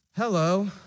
Hello